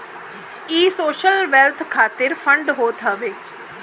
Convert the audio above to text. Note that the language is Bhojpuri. इ सोशल वेल्थ खातिर फंड होत हवे